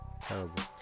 Terrible